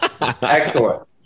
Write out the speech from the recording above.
Excellent